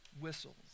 whistles